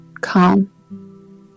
calm